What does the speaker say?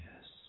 Yes